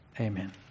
Amen